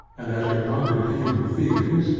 and as repugnant to human feelings,